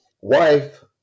wife